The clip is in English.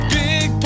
big